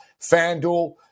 Fanduel